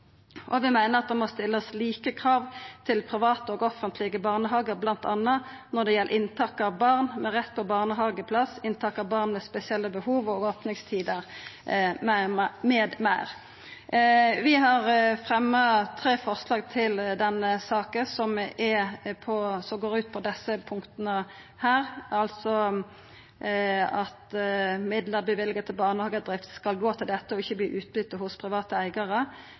Vi meiner at det må stillast like krav til private og offentlege barnehagar, bl.a. når det gjeld inntak av barn med rett til barnehageplass, inntak av barn med spesielle behov, opningstider m.m. Vi har fremja tre forslag til denne saka som går ut på desse punkta, altså at midlar løyvde til barnehagedrift skal gå til dette og ikkje verta utbyte hos private eigarar,